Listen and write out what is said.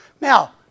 Now